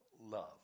love